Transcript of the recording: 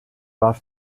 warf